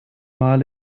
mal